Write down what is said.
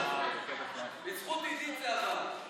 בזכות עידית זה עבר,